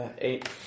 eight